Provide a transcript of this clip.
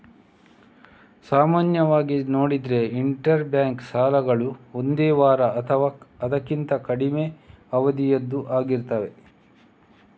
ಸಾಮಾನ್ಯವಾಗಿ ನೋಡಿದ್ರೆ inter bank ಸಾಲಗಳು ಒಂದು ವಾರ ಅಥವಾ ಅದಕ್ಕಿಂತ ಕಡಿಮೆ ಅವಧಿಯದ್ದು ಆಗಿರ್ತವೆ